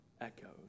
echoes